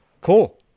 cool